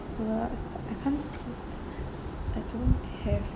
s~ I can't I don't have